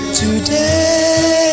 today